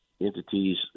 entities